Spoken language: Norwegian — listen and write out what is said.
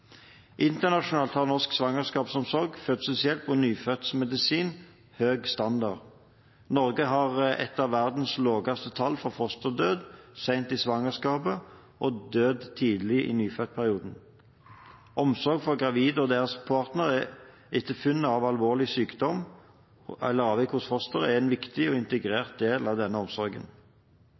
Internasjonalt har norsk svangerskapsomsorg, fødselshjelp og nyfødtmedisin høy standard. Norge har et av verdens laveste tall for fosterdød sent i svangerskapet og død tidlig i nyfødtperioden. Omsorg for den gravide og hennes partner etter funn av alvorlig sykdom eller avvik hos fosteret er en viktig og integrert del av denne omsorgen.